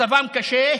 מצבם קשה.